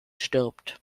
stirbt